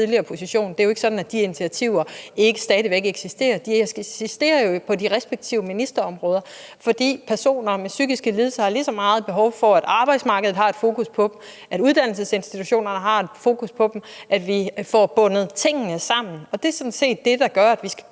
i min tidligere position. Det er jo ikke sådan, at de initiativer ikke stadig væk eksisterer. De eksisterer på de respektive ministerområder, for personer med psykiske lidelser har lige så meget behov for, at arbejdsmarkedet har et fokus på dem, at uddannelsesinstitutionerne har et fokus på dem, og at vi får bundet tingene sammen. Og det er sådan set det, der gør, at vi skal